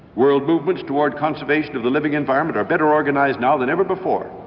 world movements toward conservation of the living environment are better organised now than ever before.